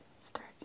start